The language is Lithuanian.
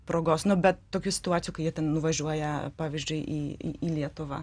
progos nu bet tokių situacijų kai jie ten nuvažiuoja pavyzdžiui į į į lietuvą